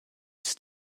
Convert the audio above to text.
ist